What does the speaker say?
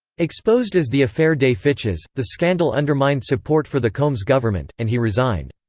exposed as the affaire des fiches, the scandal undermined support for the combes government, and he resigned.